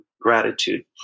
gratitude